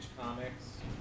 Comics